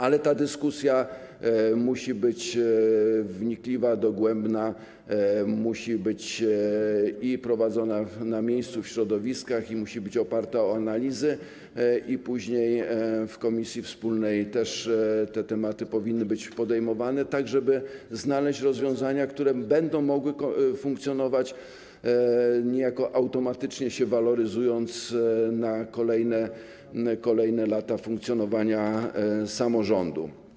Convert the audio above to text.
Ale ta dyskusja musi być wnikliwa, dogłębna, musi być prowadzona na miejscu, w środowiskach, i musi być oparta na analizach, a później w komisji wspólnej też te tematy powinny być podejmowane, tak żeby znaleźć rozwiązania, które będą mogły funkcjonować, niejako automatycznie się waloryzując, w kolejnych latach funkcjonowania samorządu.